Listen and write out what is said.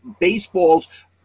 Baseball's